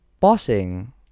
pausing